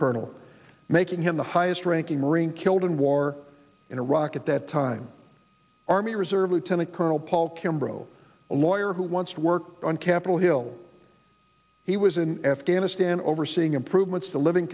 colonel making him the highest ranking marine killed in war in iraq at that time army reserve lieutenant colonel paul kimbrel a lawyer who wants to work on capitol hill he was in afghanistan overseeing improvements the living